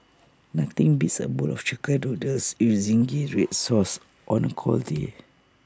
nothing beats A bowl of Chicken Noodles you Zingy Red Sauce on A cold day